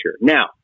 Now